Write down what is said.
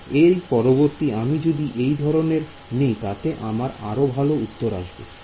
এর পরিবর্তে আমি যদি এই ধরনের নেই তাতে আমার আরো ভালো উত্তর আসবে